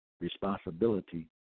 responsibility